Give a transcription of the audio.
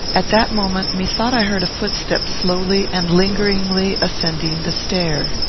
at that moment, methought i heard a footstep slowly and lingeringly ascending the stair.